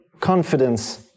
confidence